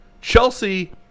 Chelsea